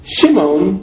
Shimon